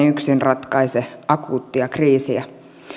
yksin ratkaise akuuttia kriisiä